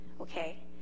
Okay